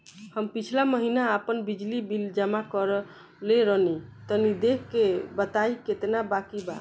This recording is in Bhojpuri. हम पिछला महीना आपन बिजली बिल जमा करवले रनि तनि देखऽ के बताईं केतना बाकि बा?